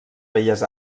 belles